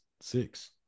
six